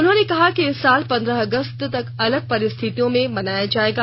उन्होंने कहा कि इस साल पंद्रह अगस्त अलग परिस्थियों में मनाया जायेगा